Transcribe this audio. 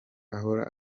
ahora